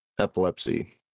epilepsy